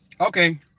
Okay